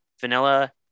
vanilla